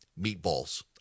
meatballs